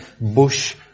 bush